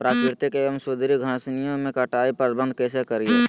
प्राकृतिक एवं सुधरी घासनियों में कटाई प्रबन्ध कैसे करीये?